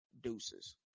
deuces